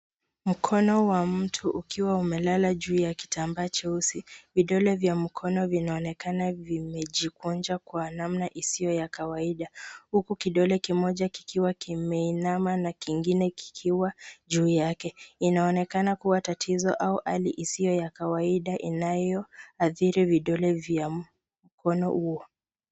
Mkono wa mtu ukiwa umelala juu ya kitambaa cheusi. Vidole vya mkono vinaonekana vimejikunja kwa namna isiyo ya kawaida huku kidole kimoja kikiwa kimeinama na kingine kikiwa juu yake. Inaonekana kikiwa tatizo au hali isiyo ya kawaida inayoathiri vidole vya mkono huo.